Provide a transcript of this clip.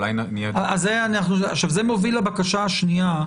זה מוביל לבקשה השנייה.